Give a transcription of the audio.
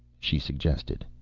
she suggested.